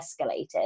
escalated